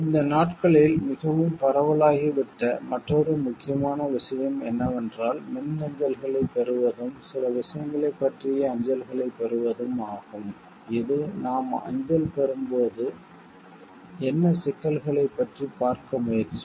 இந்த நாட்களில் மிகவும் பரவலாகிவிட்ட மற்றொரு முக்கியமான விஷயம் என்னவென்றால் மின்னஞ்சல்களைப் பெறுவதும் சில விஷயங்களைப் பற்றிய அஞ்சல்களைப் பெறுவதும் ஆகும் இது நாம் அஞ்சல் பெறும்போது என்ன சிக்கல்களைப் பற்றி பார்க்க முயற்சிக்கும்